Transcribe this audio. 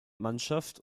mannschaft